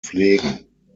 pflegen